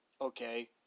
okay